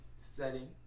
setting